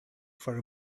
for